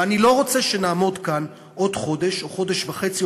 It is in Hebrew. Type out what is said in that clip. ואני לא רוצה שנעמוד כאן בעוד חודש או חודש וחצי,